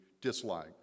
dislike